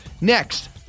Next